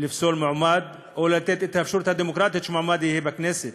לפסול מועמד או לתת את האפשרות הדמוקרטית שמועמד יהיה בכנסת.